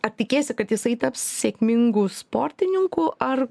ar tikiesi kad jisai taps sėkmingu sportininku ar